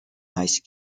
ice